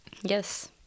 Yes